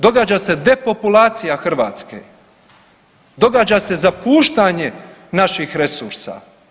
Događa se depopulacija Hrvatske, događa se zapuštanje naših resursa.